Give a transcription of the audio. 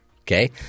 okay